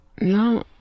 No